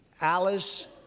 Alice